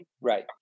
Right